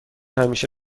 همیشه